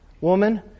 Woman